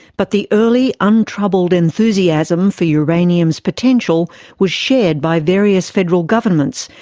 but the early untroubled enthusiasm for uranium's potential was shared by various federal governments,